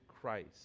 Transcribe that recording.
Christ